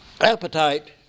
Appetite